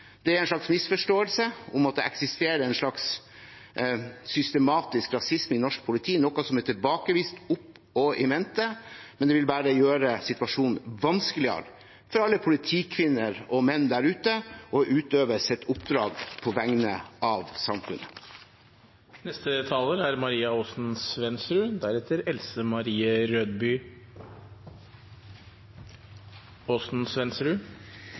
Det er en misforståelse at det eksisterer en slags systematisk rasisme i norsk politi, noe som er tilbakevist opp og i mente. Det vil bare gjøre situasjonen vanskeligere for alle politikvinner og -menn der ute å utøve sitt oppdrag på vegne av samfunnet. I denne debatten er